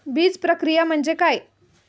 बीजप्रक्रिया म्हणजे काय?